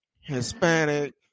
Hispanic